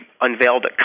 unveiled